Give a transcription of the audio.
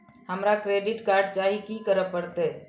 हमरा credit card चाही की करे परतै?